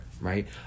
right